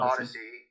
Odyssey